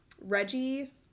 Reggie